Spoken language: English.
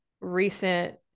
recent